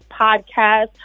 Podcast